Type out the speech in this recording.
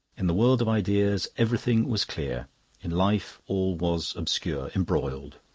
in the world of ideas everything was clear in life all was obscure, embroiled.